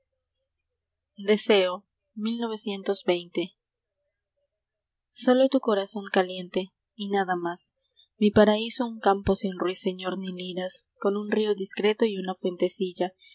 olo tu corazón caliente y nada más mi paraíso un campo sin ruiseñor ni liras con un río discreto y una fuentecilla